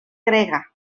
grega